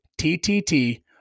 TTT